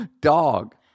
Dog